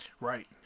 right